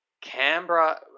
Canberra